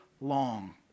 long